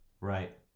right